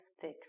thick